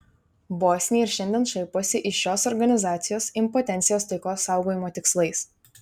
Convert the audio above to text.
bosniai ir šiandien šaiposi iš šios organizacijos impotencijos taikos saugojimo tikslais